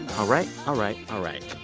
all right. all right. all right.